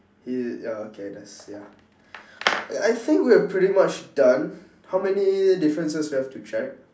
he ya okay that's ya I think we're pretty much done how many difference we have to check